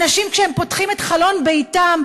אנשים שכשהם פותחים את חלון ביתם,